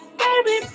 baby